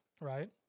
Right